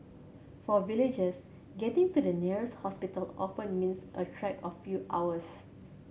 for villagers getting to the nearest hospital often means a trek a few hours